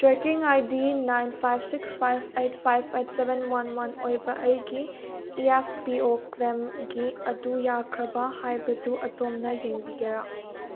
trekking I D nine five six five eight five eight seven one one ꯑꯣꯏꯕ ꯑꯩꯒꯤ E P F O ꯀ꯭ꯂꯦꯝꯒꯤ ꯑꯗꯨ ꯌꯥꯈ꯭ꯔꯕ꯭ꯔꯥ ꯍꯥꯏꯕꯗꯨ ꯑꯗꯣꯝꯅ ꯌꯦꯡꯕꯤꯒꯦꯔꯥ